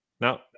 now